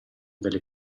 delle